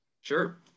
Sure